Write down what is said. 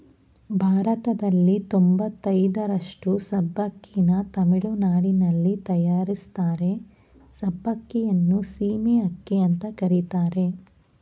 ಭಾರತದಲ್ಲಿ ತೊಂಬತಯ್ದರಷ್ಟು ಸಬ್ಬಕ್ಕಿನ ತಮಿಳುನಾಡಲ್ಲಿ ತಯಾರಿಸ್ತಾರೆ ಸಬ್ಬಕ್ಕಿಯನ್ನು ಸೀಮೆ ಅಕ್ಕಿ ಅಂತ ಕರೀತಾರೆ